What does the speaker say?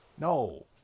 No